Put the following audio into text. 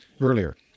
earlier